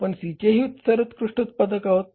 आपण C चे ही सर्वोत्कृष्ट उत्पादक आहोत